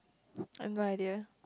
I've no idea